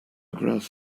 grass